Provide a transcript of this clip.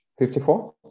54